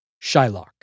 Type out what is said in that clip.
Shylock